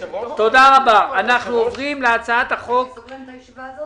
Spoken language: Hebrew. אבל אתה עולה למליאה עם זה.